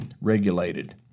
regulated